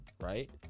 right